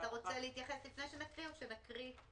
אתה רוצה להתייחס לפני שנקריא או שנקריא?